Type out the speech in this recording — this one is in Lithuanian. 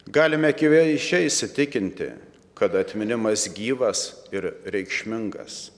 galime akiveizdžiai įsitikinti kad atminimas gyvas ir reikšmingas